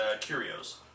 curios